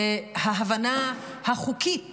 ההבנה החוקית